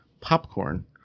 popcorn